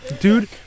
Dude